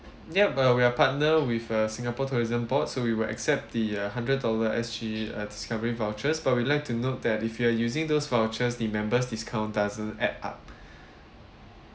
yup we're partner with uh singapore tourism board so we will accept the uh hundred dollar S_G uh discount vouchers but we'd like to note that if you are using those vouchers the members discount doesn't add up